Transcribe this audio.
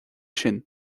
sin